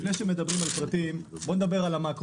לפני שמדברים על פרטים, בואו נדבר רגע על המאקרו.